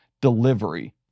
delivery